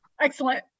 Excellent